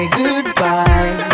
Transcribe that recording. goodbye